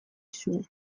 zuen